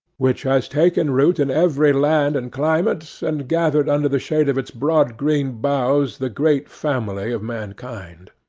which has taken root in every land and climate, and gathered under the shade of its broad green boughs the great family of mankind.